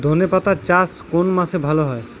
ধনেপাতার চাষ কোন মাসে ভালো হয়?